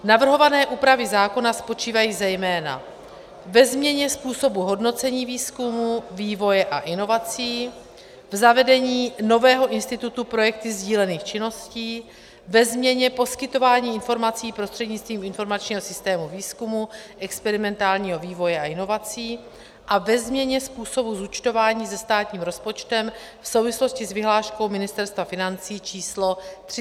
Navrhované úpravy zákona spočívají zejména ve změně způsobu hodnocení výzkumu, vývoje a inovací, v zavedení nového institutu projekty sdílených činností, ve změně poskytování informací prostřednictvím informačního systému výzkumu, experimentálního vývoje a inovací a ve změně způsobu zúčtování se státním rozpočtem v souvislosti s vyhláškou Ministerstva financí číslo 367/2015 Sb.